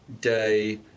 day